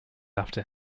after